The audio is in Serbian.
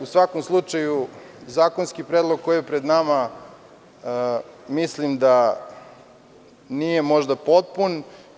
U svakom slučaju zakonski predlog koji je pred nama mislim da nije možda potpuno.